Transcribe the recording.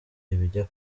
ibijya